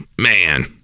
Man